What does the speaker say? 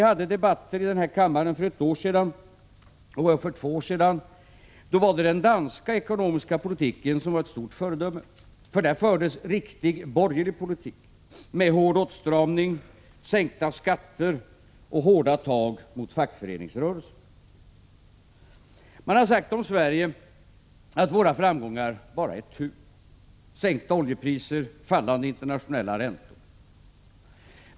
I debatterna i kammaren för ett år sedan och för två år sedan var den danska ekonomiska politiken ett stort föredöme. Där fördes riktig borgerlig politik med hård åtstramning, sänkta skatter och hårda tag mot fackföreningsrörelsen. Man har sagt om Sverige att våra framgångar bara är tur. Sänkta oljepriser, fallande internationella räntor.